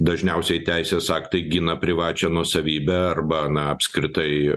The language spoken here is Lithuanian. dažniausiai teisės aktai gina privačią nuosavybę arba na apskritai